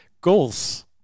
goals